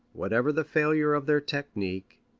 whatever the failure of their technique,